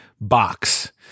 box